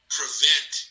prevent